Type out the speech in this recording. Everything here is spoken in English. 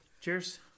Cheers